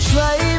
Try